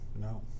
no